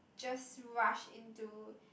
just rush into